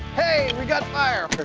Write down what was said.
hey, we got fire!